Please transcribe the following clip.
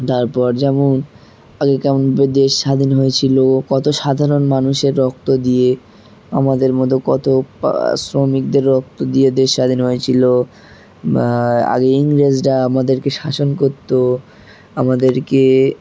তারপর যেমন আগে কেমনভাবে দেশ স্বাধীন হয়েছিলো কত সাধারণ মানুষের রক্ত দিয়ে আমাদের মতো কত শ্রমিকদের রক্ত দিয়ে দেশ স্বাধীন হয়েছিলো বা আগে ইংরেজরা আমাদেরকে শাসন করতো আমাদেরকে